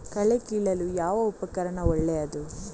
ಕಳೆ ಕೀಳಲು ಯಾವ ಉಪಕರಣ ಒಳ್ಳೆಯದು?